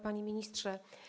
Panie Ministrze!